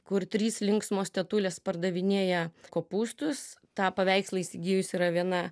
kur trys linksmos tetulės pardavinėja kopūstus tą paveikslą įsigijus yra viena